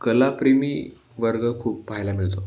कलाप्रेमी वर्ग खूप पाहायला मिळतो